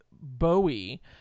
Bowie